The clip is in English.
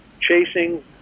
chasing